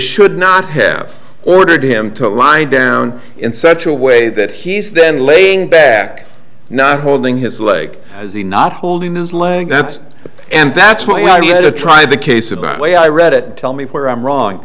should not have ordered him to lie down in such a way that he's then laid back not holding his leg is he not holding his leg that's and that's why he had to try the case about way i read it and tell me where i'm wrong